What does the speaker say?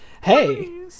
Hey